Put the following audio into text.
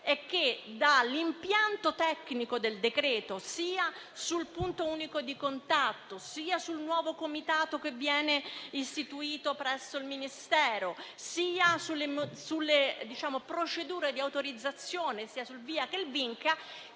è che dall'impianto tecnico del decreto, sia sul punto unico di contatto, sia sul nuovo Comitato che viene istituito presso il Ministero, sia sulle procedure di autorizzazione della valutazione